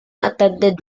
attended